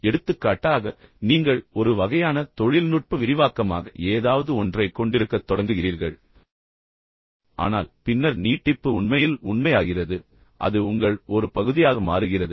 எடுத்துக்காட்டாக நீங்கள் ஒரு வகையான தொழில்நுட்ப விரிவாக்கமாக ஏதாவது ஒன்றைக் கொண்டிருக்கத் தொடங்குகிறீர்கள் ஆனால் பின்னர் நீட்டிப்பு உண்மையில் உண்மையாகிறது அது உங்கள் ஒரு பகுதியாக மாறுகிறது